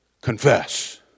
confess